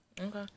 Okay